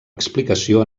explicació